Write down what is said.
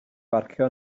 parcio